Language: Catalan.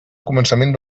començament